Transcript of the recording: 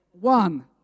One